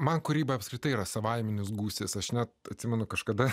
man kūryba apskritai yra savaiminis gūsis aš net atsimenu kažkada